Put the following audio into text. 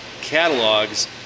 catalogs